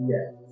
Yes